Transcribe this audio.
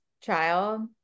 child